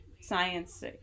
science